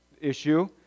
issue